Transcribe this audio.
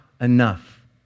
enough